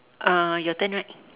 uh your turn right